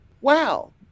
Wow